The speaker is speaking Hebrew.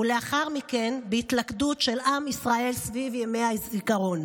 ולאחר מכן בהתלכדות של עם ישראל סביב ימי הזיכרון.